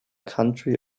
county